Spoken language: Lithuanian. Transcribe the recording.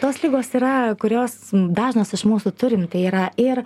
tos ligos yra kurios dažnas iš mūsų turim tai yra ir